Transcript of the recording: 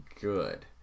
good